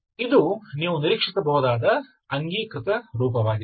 ಇದು ನೀವು ನಿರೀಕ್ಷಿಸಬಹುದಾದ ಅಂಗೀಕೃತ ರೂಪವಾಗಿದೆ